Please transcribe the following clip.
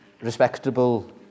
respectable